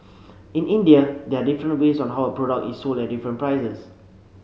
in India there are different ways on how a product is sold at different prices